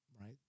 right